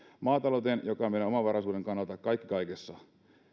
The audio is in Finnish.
maatalouteen joka on meidän omavaraisuuden kannalta kaikki kaikessa